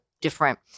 different